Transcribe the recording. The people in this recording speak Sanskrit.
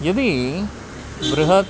यदि बृहत्